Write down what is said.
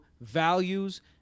values